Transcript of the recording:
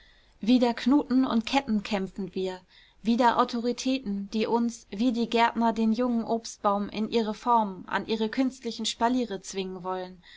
wider knuten und ketten kämpfen wir wider autoritäten die uns wie die gärtner den jungen obstbaum in ihre formen an ihre künstlichen spaliere zwingen wollen